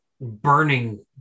burning